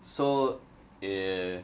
so err